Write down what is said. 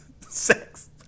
sex